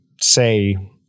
say